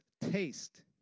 taste